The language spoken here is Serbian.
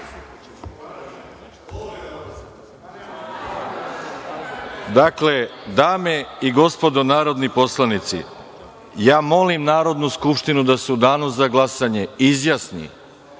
pomognem. Dame i gospodo narodni poslanici, ja molim Narodnu skupštinu da se u Danu za glasanje izjasni